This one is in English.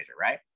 right